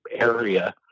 area